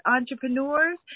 entrepreneurs